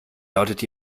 lautet